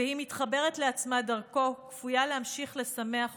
והיא מתחברת לעצמה דרכו, כפויה להמשיך לשמח אותו,